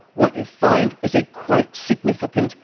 what you find is a quite significant,